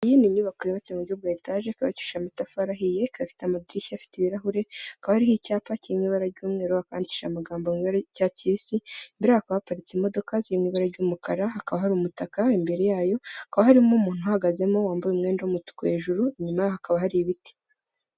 Iyi ni inyubako yubatse mu buryo bwa etaje yubakishije amatafari ahiye ikaba ifite amadirishya afite ibirahure ikaba iriho icyapa k'ibara ry'umweru cyandikishijeho amagambo mu ibara ry'icyatsi kibisi imbere yaho hakaba haparitse imodoka zirimo ibara ry'umukara hakaba hari umutaka imbere yayo hakaba harimo umuntu uhagazemo wambaye umwenda w'umutuku hejuru inyuma hakaba hari ibiti.